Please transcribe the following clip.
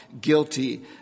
guilty